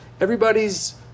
everybody's